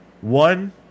One